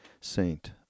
saint